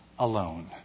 Alone